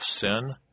sin